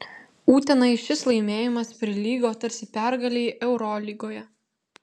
utenai šis laimėjimas prilygo tarsi pergalei eurolygoje